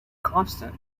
constant